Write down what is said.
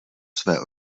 své